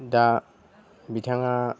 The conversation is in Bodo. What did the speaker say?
दा बिथाङा